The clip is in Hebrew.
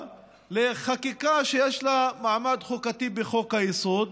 לחקיקה שיש לה מעמד חוקתי בחוק-היסוד,